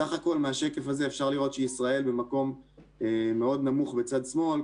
בשקף הזה אפשר לראות שישראל במקום מאוד נמוך בצד שמאל,